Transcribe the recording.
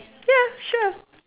ya sure